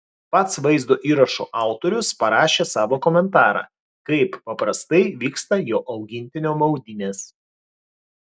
pats vaizdo įrašo autorius parašė savo komentarą kaip paprastai vyksta jo augintinio maudynės